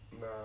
No